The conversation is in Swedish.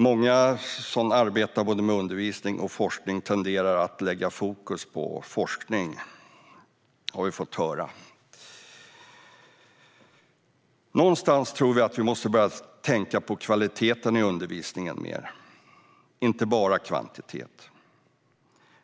Många som arbetar med både undervisning och forskning tenderar att lägga fokus på forskning, har vi fått höra. Någonstans måste vi börja tänka mer på kvaliteten i undervisningen, inte bara kvantitet.